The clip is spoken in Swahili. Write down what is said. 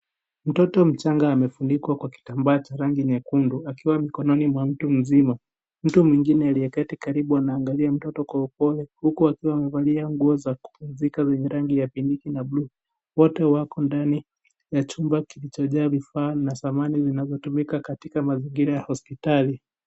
Mtoto mchanga amefunikwa kwa kitambaa cha rangi nyekundu akiwa mikononi mwa mtu mzima. Mtu mwingine aliyeketi karibu anaangalia mtoto kwa upole huku akiwa amevalia nguo za kupumzika zenye rangi ya pinki na bluu. Wote wako ndani ya chumba kilichojaa vifaa na samani zinazotumika katika mazingira ya hospitali.